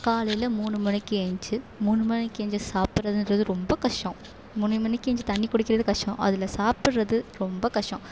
காலையில் மூணு மணிக்கு எழுஞ்சி மூணு மணிக்கு எழுஞ்சி சாப்பிட்றதுன்றது ரொம்ப கஷ்டம் மூணு மணிக்கு எழுஞ்சி தண்ணி குடிக்கிறது கஷ்டம் அதில் சாப்பிட்றது ரொம்ப கஷ்டம்